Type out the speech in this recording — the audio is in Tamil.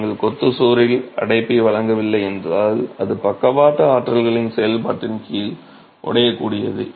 நீங்கள் கொத்து சுவரில் அடைப்பை வழங்கவில்லை என்றால் அது பக்கவாட்டு ஆற்றல்களின் செயல்பாட்டின் கீழ் உடையக்கூடியது